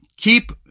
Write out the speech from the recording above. keep